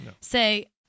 say